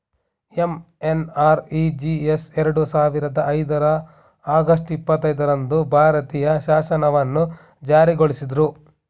MNREGS ಎರಡು ಸಾವಿರದ ಐದರ ಆಗಸ್ಟ್ ಇಪ್ಪತ್ತೈದು ರಂದು ಭಾರತೀಯ ಶಾಸನವನ್ನು ಜಾರಿಗೊಳಿಸಿದ್ರು